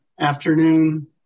afternoon